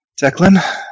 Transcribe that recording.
Declan